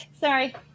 Sorry